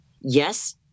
Yes